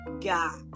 God